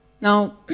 Now